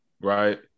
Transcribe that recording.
right